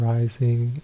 rising